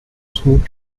smooth